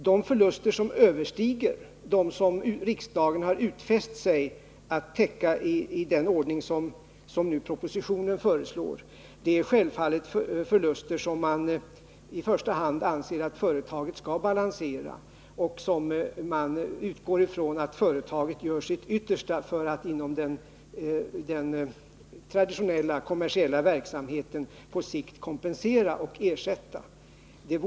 De förluster som överstiger dem som riksdagen har utfäst sig att täcka i den ordning som propositionen nu föreslår är självfallet sådana underskott som man i första hand anser att företaget skall balansera, och man utgår ifrån att företaget gör sitt yttersta för att inom den traditionella kommersiella verksamheten på sikt kompensera och ersätta dem.